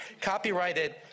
copyrighted